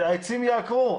העצים ייעקרו.